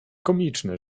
komiczne